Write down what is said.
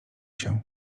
się